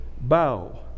bow